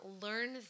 learn